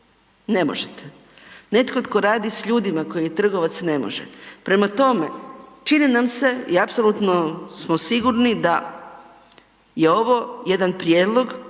ne možete, netko tko radi s ljudima tko je trgovac ne može. Prema tome, čini nam se i apsolutno smo sigurni da je ovo jedan prijedlog